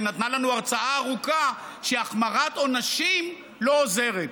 שנתנה לנו הרצאה ארוכה שהחמרת עונשים לא עוזרת?